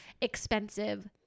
expensive